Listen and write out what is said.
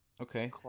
Okay